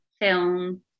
film